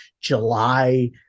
july